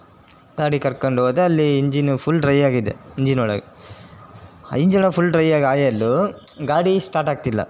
ಗಾಡಿ ಕರ್ಕಂಡು ಹೋದೆ ಅಲ್ಲಿ ಇಂಜಿನು ಫುಲ್ ಡ್ರೈ ಆಗಿದೆ ಇಂಜಿನೊಳಗೆ ಆ ಇಂಜಿಲೋ ಫುಲ್ ಡ್ರೈಯಾಗಿ ಆಯಲ್ಲು ಗಾಡಿ ಸ್ಟಾರ್ಟ್ ಆಗ್ತಿಲ್ಲ